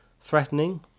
Threatening